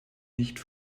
nicht